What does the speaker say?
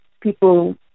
people